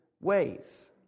ways